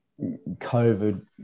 COVID